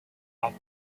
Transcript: acts